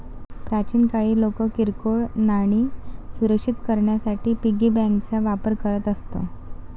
प्राचीन काळी लोक किरकोळ नाणी सुरक्षित करण्यासाठी पिगी बँकांचा वापर करत असत